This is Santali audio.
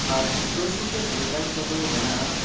ᱟᱨ ᱥᱩᱨ ᱥᱩᱯᱩᱨ ᱛᱷᱤᱭᱮᱴᱟᱨ ᱠᱚ ᱫᱚ ᱢᱮᱱᱟᱜᱼᱟ